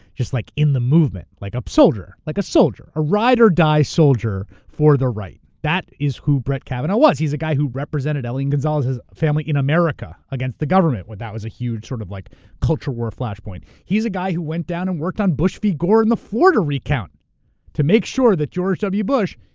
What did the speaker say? just like in the movement, like a soldier, like a soldier. a ride or die soldier for the right. that is who brett kavanaugh was. he's the guy who represented elian gonzalez's family in america against the government when that was a huge sort of like culture war flashpoint. he's a guy who went down and worked on bush v. gore in the florida recount to make sure that george w. bush,